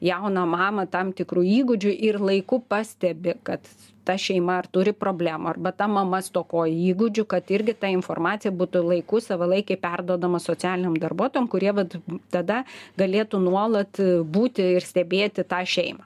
jauną mamą tam tikrų įgūdžių ir laiku pastebi kad ta šeima ar turi problemų arba ta mama stokoja įgūdžių kad irgi ta informacija būtų laiku savalaikiai perduodama socialiniam darbuotojam kurie vat tada galėtų nuolat būti ir stebėti tą šeimą